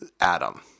Adam –